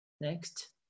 Next